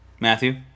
Matthew